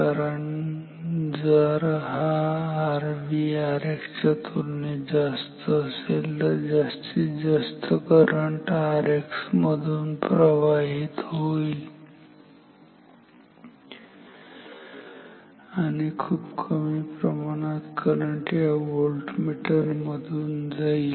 कारण जर हा Rv Rx च्या तुलनेत जास्त असेल तर जास्तीत जास्त करंट Rx मधून प्रवाहित होईल आणि खूप कमी प्रमाणात करंट या या व्होल्टमीटर मधून जाईल